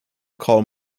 calm